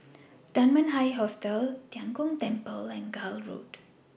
Dunman High Hostel Tian Kong Temple and Gul Road